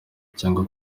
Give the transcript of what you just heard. cyangwa